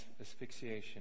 asphyxiation